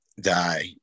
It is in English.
die